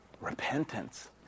repentance